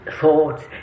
thoughts